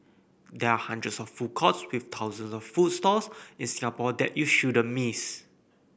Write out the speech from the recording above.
there are hundreds of food courts with thousands of food stalls in Singapore that you shouldn't miss